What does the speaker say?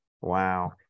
Wow